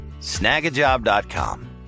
Snagajob.com